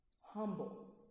humble